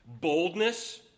Boldness